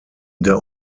der